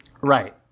right